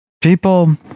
people